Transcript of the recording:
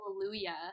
hallelujah